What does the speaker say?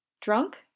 Drunk